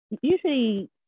usually